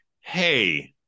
hey